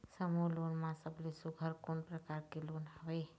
समूह लोन मा सबले सुघ्घर कोन प्रकार के लोन हवेए?